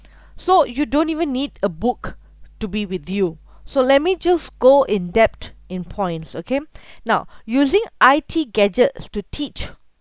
so you don't even need a book to be with you so let me just go in depth in points okay now using I_T gadgets to teach